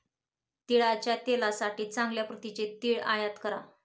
तिळाच्या तेलासाठी चांगल्या प्रतीचे तीळ आयात करा